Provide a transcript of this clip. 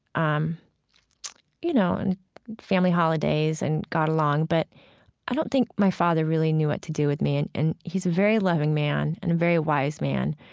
um you know, on family holidays and got along, but i don't think my father really knew what to do with me. and and he's a very loving man and a very wise man,